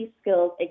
skills